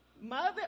Mother